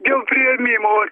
dėl priėmimo